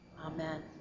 Amen